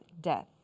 death